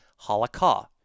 halakha